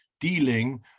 dealing